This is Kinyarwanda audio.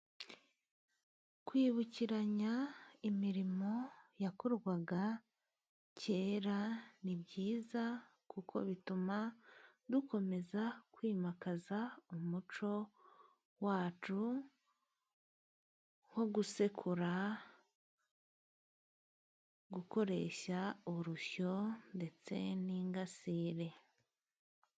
Kwibukiranya imirimo yakorwaga kera nibyiza kuko bituma dukomeza kwimakaza umuco wacu nko gusekura gukoresha urushyo ndetse n'ingasire.